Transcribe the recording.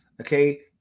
okay